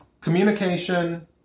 Communication